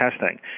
testing